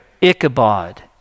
Ichabod